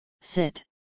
sit